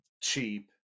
cheap